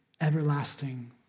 everlasting